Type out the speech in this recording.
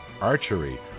archery